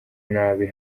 nabi